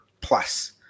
plus